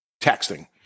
texting